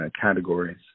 categories